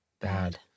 bad